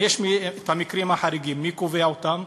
אבל במקרים החריגים, מי קובע אותם?